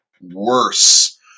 worse